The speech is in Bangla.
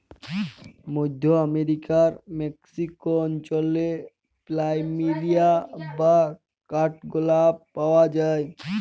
মধ্য আমরিকার মেক্সিক অঞ্চলে প্ল্যামেরিয়া বা কাঠগলাপ পাওয়া যায়